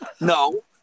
No